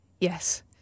Yes